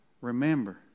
remember